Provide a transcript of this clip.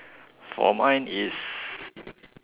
for mine is